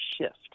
shift